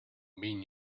mean